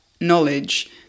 knowledge